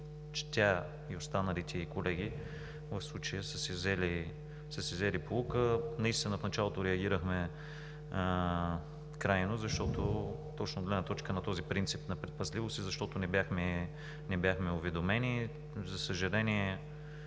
че тя и останалите ѝ колеги в случая са си взели поука. Наистина в началото реагирахме крайно – точно от гледна точка на този принцип на предпазливост, защото не бяхме уведомени. За съжаление,